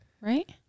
right